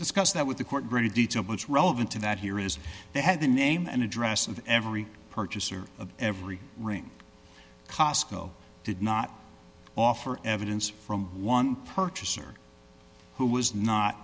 discuss that with the court greater detail much relevant to that here is they had the name and address of every purchaser of every ring cosco did not offer evidence from one purchaser who was not